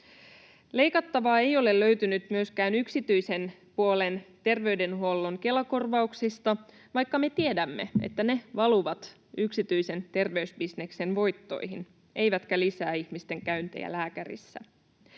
Leikattavaa ei ole löytynyt myöskään yksityisen puolen terveydenhuollon Kela-korvauksista, vaikka me tiedämme, että ne valuvat yksityisen terveysbisneksen voittoihin eivätkä lisää ihmisten käyntejä lääkärissä.